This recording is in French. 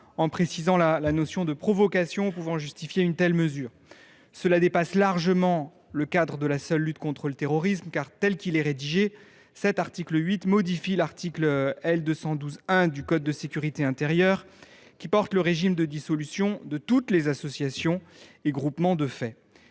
en précisant la notion de « provocation » pouvant justifier une telle mesure. Or cette dissolution dépasse largement le cadre de la seule lutte contre le terrorisme. Tel qu’il est rédigé, cet article modifie l’article L. 212 1 du code de sécurité intérieure, qui sous tend le régime de dissolution de toutes les associations et groupements de fait.